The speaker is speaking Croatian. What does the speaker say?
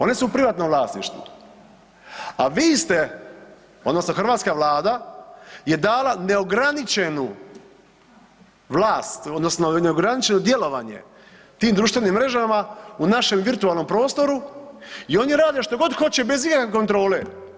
One su u privatnom vlasništvu, a vi ste odnosno hrvatska Vlada je dala neograničenu vlast odnosno neograničeno djelovanje tim društvenim mrežama u našem virtualnom prostoru i oni rade što god hoće bez ikakve kontrole.